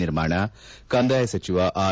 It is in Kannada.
ನಿರ್ಮಾಣ ಕಂದಾಯ ಸಚಿವ ಆರ್